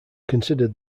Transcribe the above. considered